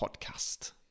podcast